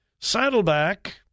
Saddleback